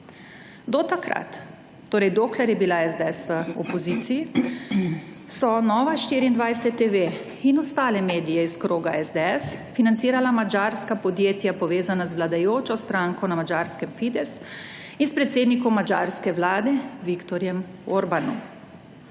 Do takrat, torej, dokler je bila SDS v opoziciji, so Nova24TV in ostale medije iz kroga SDS financirala madžarska podjetja, povezana z vladajočo stranko na Madžarskem Fidesz in s predsednikom madžarske vlade Viktorjem Orbánom.